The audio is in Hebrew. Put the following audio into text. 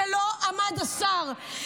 שלא עמד השר,